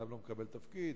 אדם לא מקבל תפקיד,